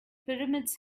pyramids